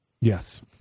yes